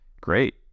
great